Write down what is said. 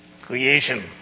creation